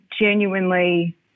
genuinely